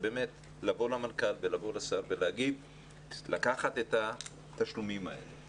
אני מציע לומר למנכ"ל ולשר ולקחת את התשלומים האלה